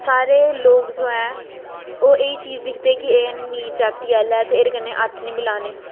सारे लोग जो ऐ ओह् एह् चीज़ दिखदे कि एह् अमीर जाति आह्ला ऐ ते एह्दे कन्नै हत्थ नी मलाने